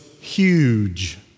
huge